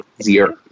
easier